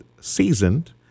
seasoned